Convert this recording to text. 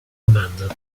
romanzo